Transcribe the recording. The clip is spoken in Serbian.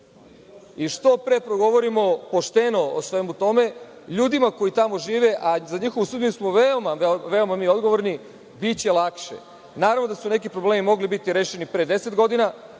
Što pre progovorimo pošteno o svemu tome, ljudima koji tamo žive, a za njihovu sudbinu smo veoma mi odgovorni, biće lakše. Naravno da su neki problemi mogli biti rešeni pre deset godina